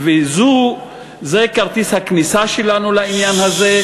זה כרטיס הכניסה שלנו לעניין הזה,